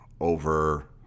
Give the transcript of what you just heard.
over